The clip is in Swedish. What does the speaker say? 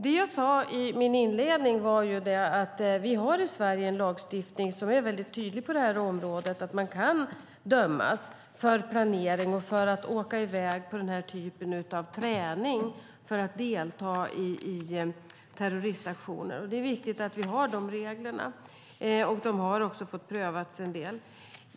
Det som jag sade i min inledning var att vi i Sverige har en lagstiftning som är mycket tydlig på detta område och att man kan dömas för planering och för att man åker i väg på denna typ av träning för att delta i terroristaktioner. Det är viktigt att vi har dessa regler. De har också prövats en del.